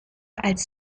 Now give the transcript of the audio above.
als